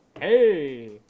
hey